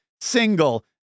single